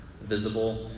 visible